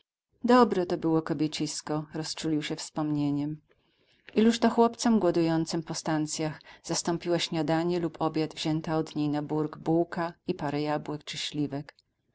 dobre to było kobiecisko rozczulił się wspomnieniem iluż to chłopcom głodującym po stancjach zastąpiła śniadanie lub obiad wzięta od niej na bórg bułka i parę